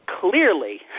clearly